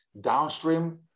downstream